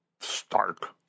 stark